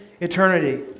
eternity